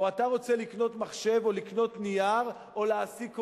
אתה רוצה לקנות מחשב או לקנות נייר או להעסיק עובד,